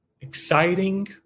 Exciting